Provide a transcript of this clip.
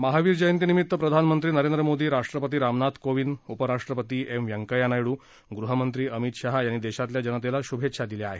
महावीर जयंती निमित्त प्रधानमंत्री नरेंद्र मोदी राष्ट्रपती रामनाथ कोविंद उपराष्ट्रपती एम व्यंकैय्या नायड गृहमंत्री अमित शहा यांनी देशातल्या जनतेला शुभेच्छा दिल्या आहेत